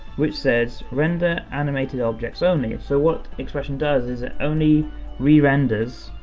which says render animated objects only. so what xpression does is it only rerenders,